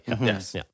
Yes